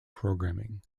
programming